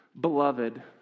beloved